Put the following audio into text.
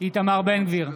איתמר בן גביר,